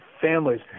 families